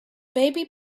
baby